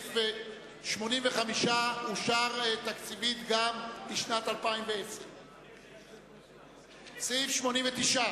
שסעיף 85 אושר תקציבית גם לשנת 2010. סעיף 89,